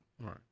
right